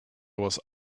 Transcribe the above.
was